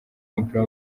w’umupira